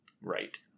Right